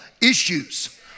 issues